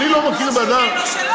או שכן או שלא,